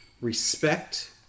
respect